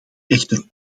echter